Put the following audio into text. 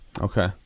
Okay